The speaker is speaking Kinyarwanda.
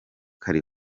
kari